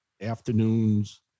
afternoons